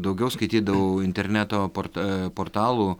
daugiau skaitydavau interneto porta ee portalų